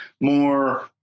more